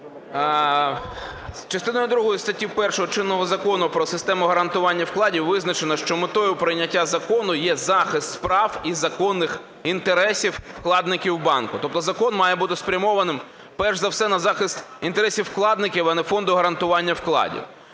Частиною другою статті 1 чинного Закону про систему гарантування вкладів визначено, що метою прийняття закону є захист прав і законних інтересів вкладників банку. Тобто закон має бути спрямованим перш за все на захист інтересів вкладників, а не Фонду гарантування вкладів.